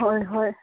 ꯍꯣꯏ ꯍꯣꯏ